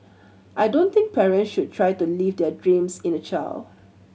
I don't think parent should try to live their dreams in a child